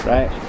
Right